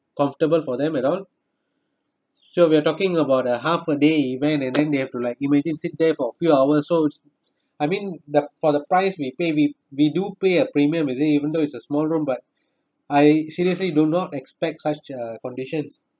comfortable for them at all so we're talking about a half a day event and then they have to like imagine sit there for few hours so I mean that for the price we pay we we do pay a premium isn't it even though is a small room but I seriously do not expect such a conditions